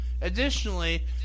Additionally